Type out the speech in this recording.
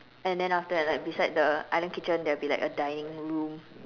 and then after that like beside the island kitchen there will be like a dining room